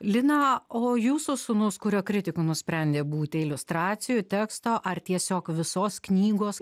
lina o jūsų sūnus kuriuo kritiku nusprendė būti iliustracijų teksto ar tiesiog visos knygos